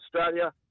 Australia